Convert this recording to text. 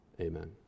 Amen